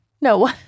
No